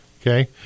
Okay